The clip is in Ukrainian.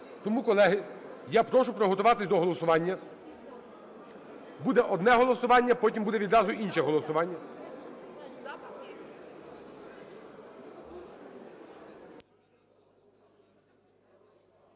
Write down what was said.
Тому, колеги, я прошу підготуватися до голосування. Буде одне голосування, потім буде відразу інше голосування.